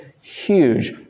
huge